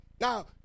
Now